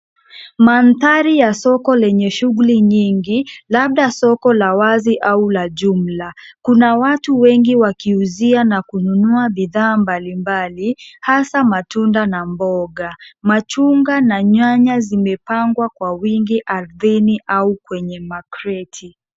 Mandhari ya soko lenye shughuli nyingi labda soko la wazi au la jumla. Kuna watu wengi wakiuzia na kununua bidhaa mbalimbali hasa matunda na mboga. Machungwa na nyanya zimepangwa kwa wingi ardhini au kwenye makreti.